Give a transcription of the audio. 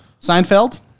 Seinfeld